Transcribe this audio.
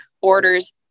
orders